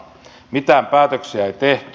mitään päätöksiä ei tehty